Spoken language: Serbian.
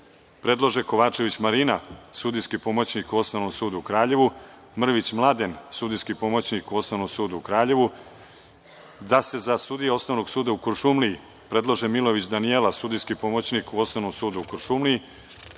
predlože: Kovačević Marina, sudijski pomoćnik u Osnovnom sudu u Kraljevu, Mrvić Mladen, sudijski pomoćnik u Osnovnom sudu u Kraljevu; da se za sudije Osnovnog suda u Kuršumliji predlože: Milojević Danijela, sudijski pomoćnik u Osnovnom sudu u Kuršumliji,